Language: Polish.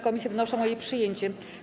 Komisje wnoszą o jej przyjęcie.